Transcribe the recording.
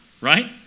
right